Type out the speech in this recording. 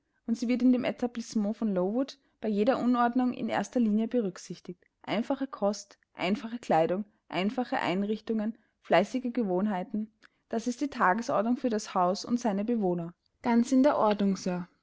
und sie wird in dem etablissement von lowood bei jeder anordnung in erster linie berücksichtigt einfache kost einfache kleidung einfache einrichtungen fleißige gewohnheiten das ist die tagesordnung für das haus und seine bewohner ganz in der ordnung